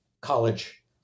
college